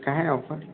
काय आहे ऑफर